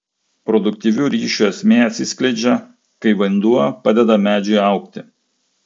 produktyvių ryšių esmė atsiskleidžia kai vanduo padeda medžiui augti